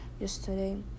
yesterday